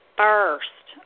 first